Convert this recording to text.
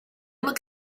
look